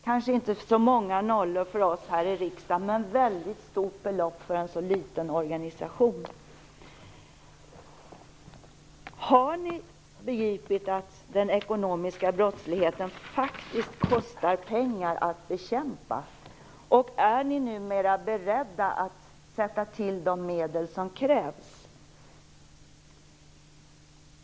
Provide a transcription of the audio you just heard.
Så många nollor är kanske inte så mycket för oss här i riksdagen, men det är ett väldigt stort belopp för en så liten organisation. Har ni begripit att det faktiskt kostar pengar att bekämpa den ekonomiska brottsligheten? Är ni numera beredda att sätta till de medel som krävs?